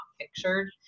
pictured